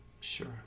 Sure